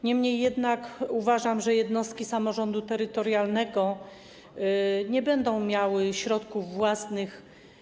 Niemniej jednak uważam, że jednostki samorządu terytorialnego nie będą miały środków własnych.